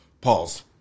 Pause